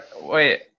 wait